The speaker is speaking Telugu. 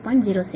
18 33